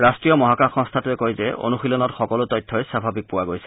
ৰাষ্ট্ৰীয় মহাকাশ সংস্থাটোৱে কয় যে অনুশীলনত সকলো তথ্যই স্বাভাৱিক পোৱা গৈছে